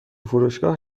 فروشگاه